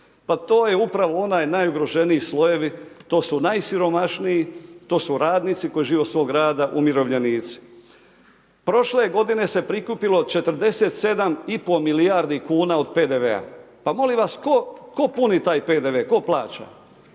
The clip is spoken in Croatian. Pa to je upravo onaj najugroženiji slojevi, to su najsiromašniji, to su radnici koji žive od svog rada, umirovljenici. Prošle godine se prikupilo 47,5 milijardi kuna od PDV-a. Pa molim vas, tko puni taj PDV, tko plaća?